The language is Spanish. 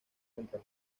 contra